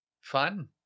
Fun